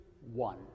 one